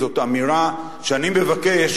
זאת אמירה שאני מבקש